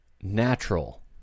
natural